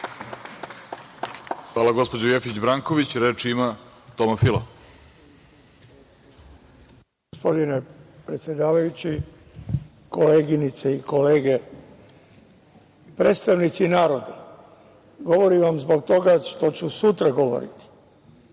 Hvala gospođo Jefić Branković. Reč ima Toma Fila. **Toma Fila** Gospodine predsedavajući, koleginice i kolege, predstavnici naroda, govorim vam zbog toga što ću sutra govoriti,